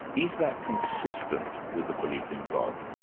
is that consistent with a belief in god?